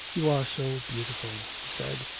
you are so beautiful he said,